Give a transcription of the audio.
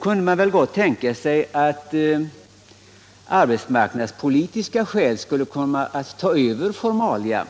kunde det gott tänkas att arbetsmarknadspolitiska skäl skulle kunna ta över de formella.